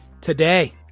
today